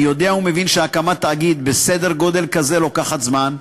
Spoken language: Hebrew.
אני יודע ומבין שהקמת תאגיד בסדר גודל כזה לוקחת זמן.